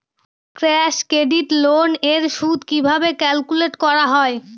Cash credit loan এর সুদ কিভাবে ক্যালকুলেট করা হয়?